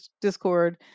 Discord